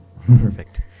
Perfect